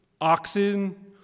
oxen